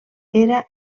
era